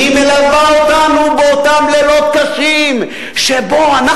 והיא מלווה אותנו באותם לילות קשים שבהם